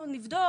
נבדוק,